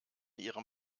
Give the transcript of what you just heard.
ihrem